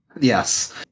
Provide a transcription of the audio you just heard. Yes